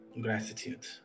gratitude